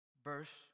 Verse